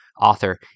author